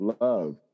love